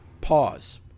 Pause